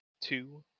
two